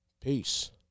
Peace